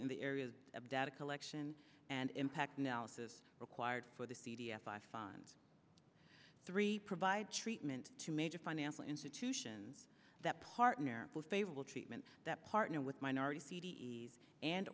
in the areas of data collection and impact analysis required for the c d f i find three provide treatment to major financial institutions that partner with favorable treatment that partner with minority c d s and